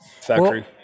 factory